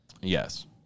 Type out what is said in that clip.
Yes